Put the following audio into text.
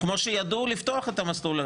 כמו שידעו לפתוח את המסלול,